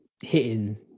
hitting